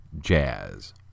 Jazz